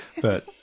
But-